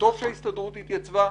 טוב שההסתדרות התייצבה,